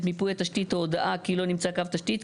את מיפוי התשתית או הודעה כי לא נמצא קו תשתית,